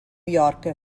york